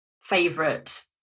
favorite